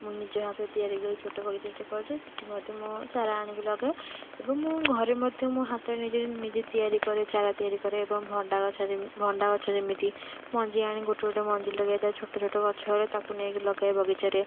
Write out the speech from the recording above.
ମୁଁ ନିଜ ହାତରେ ତିଆରି କରିକି ଛୋଟ ବଗିଚାଟେ କରିଛି ସେଇଠି ମଧ୍ୟ ମୁଁ ଚାରା ଆଣିକି ଲଗାଏ ଏବଂ ଘରେ ମଧ୍ୟ ମୋ ହାତରେ ନିଜେ ନିଜେ ତିଆରି କରେ ଚାରା ତିଆରି କରେ ଏବଂ ଭଣ୍ଡାଗଛ ଯେମି ଭଣ୍ଡାଗଛ ଯେମିତି ମଞ୍ଜି ଆଣି ଗୋଟେ ଗୋଟେ ମଞ୍ଜି ଲଗେଇଥାଏ ଛୋଟ ଛୋଟ ଗଛବେଳେ ତାକୁ ନେଇକି ଲଗାଏ ବଗିଚାରେ